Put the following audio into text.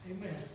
Amen